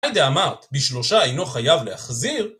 היידה אמרת בשלושה הינו חייב להחזיר?